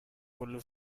perlu